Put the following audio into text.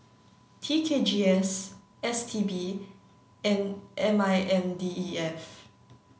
T K G S S T B and M I N D E F